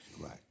right